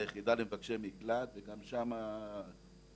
ליחידה למבקשי מקלט, וגם שם --- או,